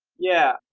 yeah,